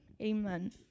amen